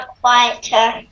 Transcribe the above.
quieter